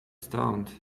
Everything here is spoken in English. stoned